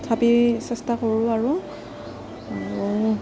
তথাপি চেষ্টা কৰোঁ আৰু